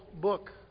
book